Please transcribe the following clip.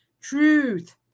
truth